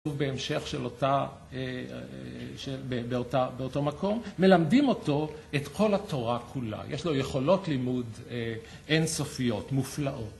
ובהמשך של אותה, באותו מקום, מלמדים אותו את כל התורה כולה. יש לו יכולות לימוד אינסופיות, מופלאות.